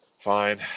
Fine